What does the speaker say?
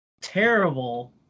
terrible